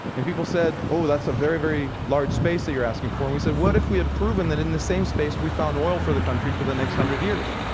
and people said, oh that's a very very large space that you're asking for. and we said, what if we had proven that in the same space we found oil for the country for the next hundred years?